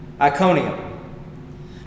Iconium